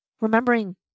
Remembering